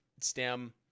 STEM